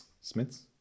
Smiths